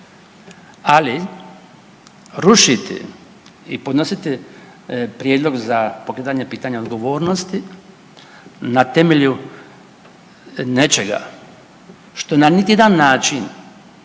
ali rušiti i podnositi prijedlog za pokretanje pitanja odgovornosti na temelju nečega što na niti jedan način